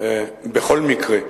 בכל מקרה.